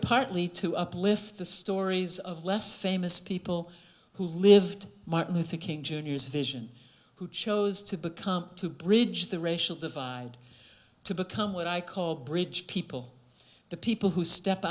partly to uplift the stories of less famous people who lived martin luther king jr's vision who chose to become to bridge the racial divide to become what i call bridge people the people who step